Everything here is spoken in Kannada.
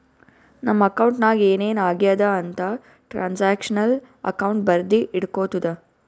ನಮ್ ಅಕೌಂಟ್ ನಾಗ್ ಏನ್ ಏನ್ ಆಗ್ಯಾದ ಅಂತ್ ಟ್ರಾನ್ಸ್ಅಕ್ಷನಲ್ ಅಕೌಂಟ್ ಬರ್ದಿ ಇಟ್ಗೋತುದ